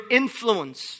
influence